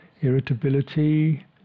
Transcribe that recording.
irritability